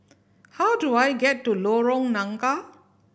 how do I get to Lorong Nangka